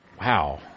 wow